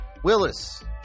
Willis